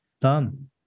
Done